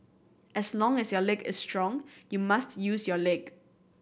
as long as your leg is strong you must use your leg